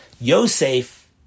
Yosef